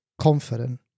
confident